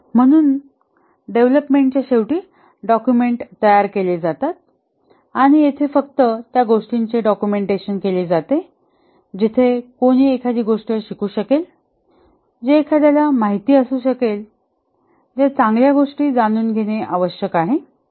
म्हणूनडेव्हलपमेंटच्या शेवटी डॉक्युमेंट तयार केली जातात आणि येथे फक्त त्या गोष्टींचे डॉक्युमेंटेशन केले जाते जिथे कोणी एखादी गोष्ट शिकू शकेल जे एखाद्याला माहिती असू शकेल ज्या चांगल्या गोष्टी जाणून घेणे आवश्यक आहे